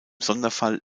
sonderfall